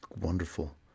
wonderful